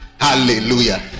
hallelujah